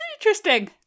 Interesting